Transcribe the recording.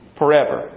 forever